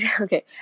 okay